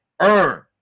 earn